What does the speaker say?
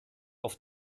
auf